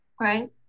Right